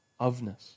ofness